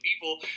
people